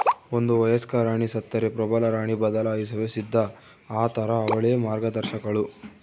ಒಂದು ವಯಸ್ಕ ರಾಣಿ ಸತ್ತರೆ ಪ್ರಬಲರಾಣಿ ಬದಲಾಯಿಸಲು ಸಿದ್ಧ ಆತಾರ ಅವಳೇ ಮಾರ್ಗದರ್ಶಕಳು